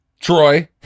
Troy